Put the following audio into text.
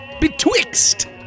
Betwixt